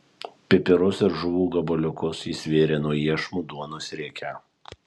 pipirus ir žuvų gabaliukus jis vėrė nuo iešmų duonos rieke